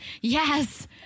yes